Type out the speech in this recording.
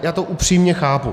Já to upřímně chápu.